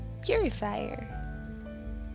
purifier